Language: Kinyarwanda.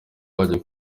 wajya